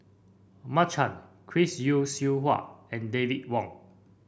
Mark Chan Chris Yeo Siew Hua and David Wong